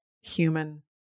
human